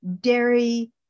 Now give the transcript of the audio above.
dairy